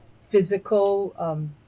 physical